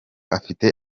afite